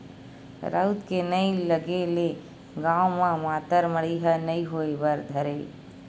राउत के नइ लगे ले गाँव म मातर मड़ई ह नइ होय बर धरय